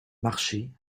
marchait